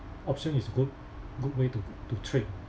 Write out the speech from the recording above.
option is good good way to to trade